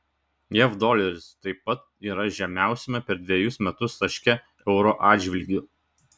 jav doleris taip pat yra žemiausiame per dvejus metus taške euro atžvilgiu